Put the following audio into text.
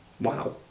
Wow